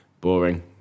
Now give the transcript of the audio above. boring